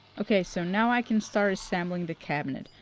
ok, so now i can start assembling the cabinet.